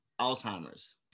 Alzheimer's